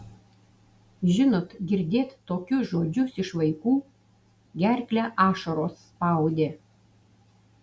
žinot girdėt tokius žodžius iš vaikų gerklę ašaros spaudė